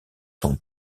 son